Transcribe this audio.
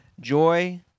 joy